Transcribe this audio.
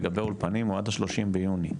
לגבי האולפנים הוא עד ה-30 ביוני,